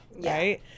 Right